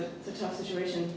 a tough situation